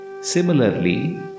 Similarly